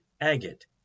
agate